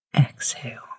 exhale